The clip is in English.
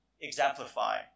exemplify